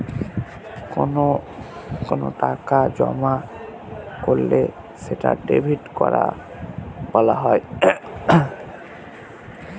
কোনো টাকা জমা করলে সেটা ডেবিট করা বলা হয়